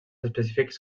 específics